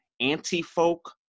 anti-folk